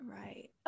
Right